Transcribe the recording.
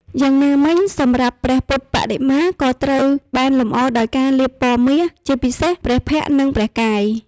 យ៉ាងណាមិញសម្រាប់ ព្រះពុទ្ធបដិមា ក៏ត្រូវបានលម្អដោយការលាបពណ៌មាស ជាពិសេសព្រះភ័ក្ត្រ និងព្រះកាយ។